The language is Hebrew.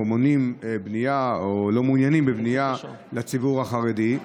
מונעים בנייה או לא מעוניינים בבנייה לציבור החרדי.